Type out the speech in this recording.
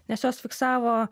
nes jos fiksavo